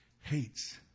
hates